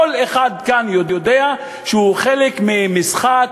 כל אחד כאן יודע שהוא חלק ממשחק,